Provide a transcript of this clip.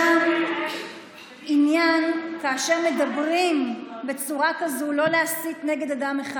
חבר הכנסת איימן עודה, זמנך תם.